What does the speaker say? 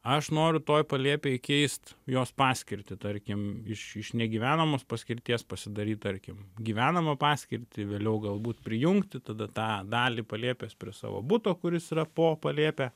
aš noriu toj palėpėj keist jos paskirtį tarkim iš iš negyvenamos paskirties pasidaryt tarkim gyvenamą paskirtį vėliau galbūt prijungti tada tą dalį palėpės prie savo buto kuris yra po palėpe